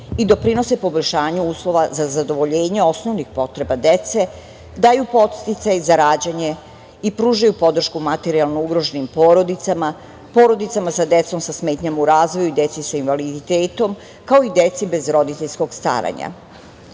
i doprinose poboljšanju uslova za zadovoljenje osnovnih potreba dece, daju podsticaj za rađanje i pružaju podršku materijalno ugroženim porodicama, porodicama sa decom sa smetnjama u razvoju i deci sa invaliditetom, kao i deci bez roditeljskog staranja. Polazeći